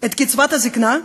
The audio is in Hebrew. את קצבת הזיקנה,